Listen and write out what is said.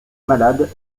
malades